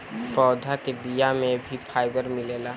पौधा के बिया में भी फाइबर मिलेला